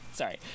Sorry